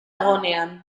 egonean